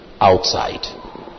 outside